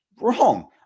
Wrong